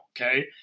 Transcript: Okay